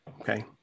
okay